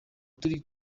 turi